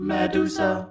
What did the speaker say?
Medusa